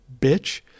bitch